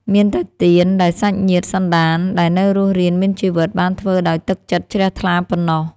មានតែទាន ដែលសាច់ញាតិសន្តានដែលនៅរស់រានមានជីវិត បានធ្វើដោយទឹកចិត្តជ្រះថ្លាប៉ុណ្ណោះ។